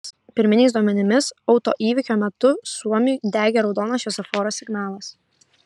pirminiais duomenimis autoįvykio metu suomiui degė raudonas šviesoforo signalas